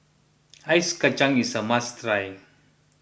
Ice Kacang is a must try